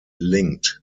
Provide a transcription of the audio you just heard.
linked